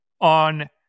on